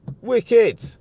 wicked